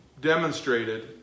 demonstrated